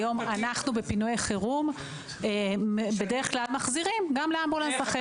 אנחנו בפינויי חירום מחזירים גם לאמבולנס אחר.